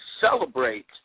celebrate